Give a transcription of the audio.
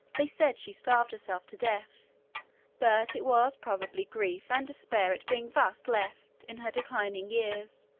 they said she starved herself to death but it was, probably, grief and despair at being thus left, in her declining years,